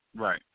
Right